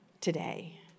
today